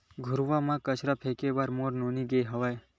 घुरूवा म कचरा फेंके बर मोर नोनी ह गे हावय